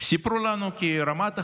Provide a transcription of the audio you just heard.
שרמת החיים,